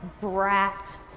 brat